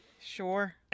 Sure